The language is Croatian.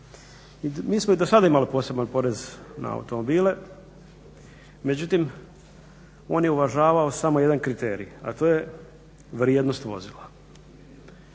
Mi smo i do sada imali poseban porez na automobile, međutim on je uvažavao samo jedan kriterij a to je vrijednost vozila.